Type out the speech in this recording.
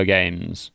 Games